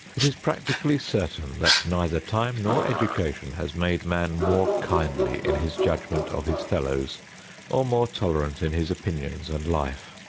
it is practically certain that neither time nor education has made man more kindly in his judgment of his fellows or more tolerant in his opinions and life.